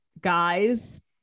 guys